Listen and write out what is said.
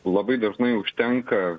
labai dažnai užtenka